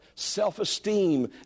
self-esteem